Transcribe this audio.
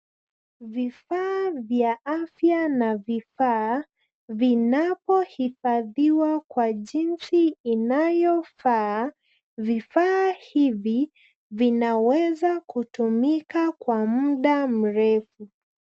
Vifaa vya afya na vifaa vinapo hifadhiwa kwa jinsi inayo faa. Vifaa hivi vinaweza kutumika kwa muda mrefu.